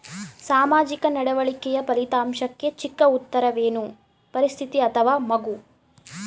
ಸಾಮಾಜಿಕ ನಡವಳಿಕೆಯ ಫಲಿತಾಂಶಕ್ಕೆ ಚಿಕ್ಕ ಉತ್ತರವೇನು? ಪರಿಸ್ಥಿತಿ ಅಥವಾ ಮಗು?